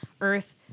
Earth